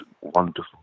wonderful